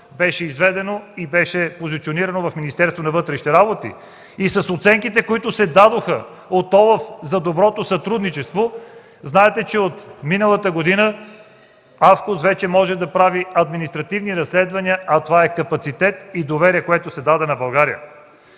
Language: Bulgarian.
беше изведена и позиционирана в Министерството на вътрешните работи, оценките, които се дадоха от ОЛАФ – за доброто сътрудничество. Знаете, че от миналата година АФКОС вече може да прави административни разследвания, а това е капацитет и доверие, което се даде на България.